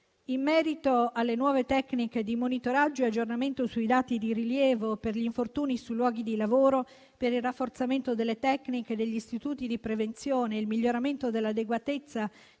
In merito alle nuove tecniche di monitoraggio e aggiornamento sui dati di rilievo per gli infortuni sui luoghi di lavoro, per il rafforzamento delle tecniche degli istituti di prevenzione e il miglioramento dell'adeguatezza